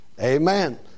Amen